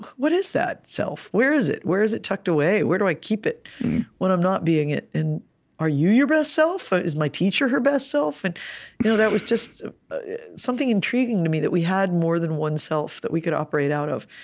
what is that self? where is it? where is it tucked away? where do i keep it when i'm not being it? and are you your best self? ah is my teacher her best self? and you know that was just something intriguing to me, that we had more than one self that we could operate out of.